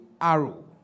arrow